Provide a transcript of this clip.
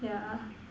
yeah